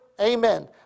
amen